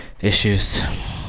issues